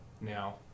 now